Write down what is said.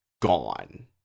gone